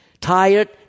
tired